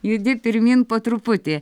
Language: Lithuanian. judi pirmyn po truputį